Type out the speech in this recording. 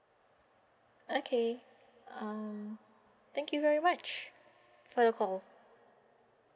okay um thank you very much for the call